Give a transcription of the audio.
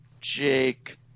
Jake